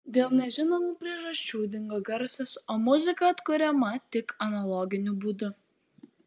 dėl nežinomų priežasčių dingo garsas o muzika atkuriama tik analoginiu būdu